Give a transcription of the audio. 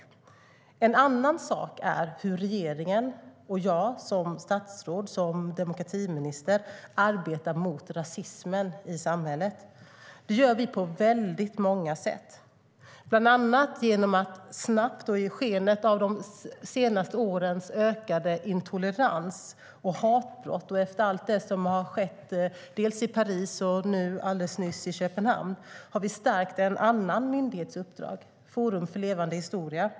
En annan sak är hur regeringen och jag som statsråd och som demokratiminister arbetar mot rasismen i samhället. Det gör vi på många sätt, bland annat genom att snabbt och i skenet av de senaste årens ökade intolerans och hatbrott och efter allt det som har skett i Paris och nyss i Köpenhamn stärka en annan myndighets uppdrag - Forum för levande historia.